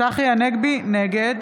נגד